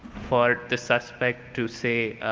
for the suspect to say,